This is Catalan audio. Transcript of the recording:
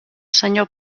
senyor